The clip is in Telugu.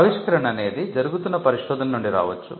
ఆవిష్కరణ అనేది జరుగుతున్న పరిశోధన నుండి రావచ్చు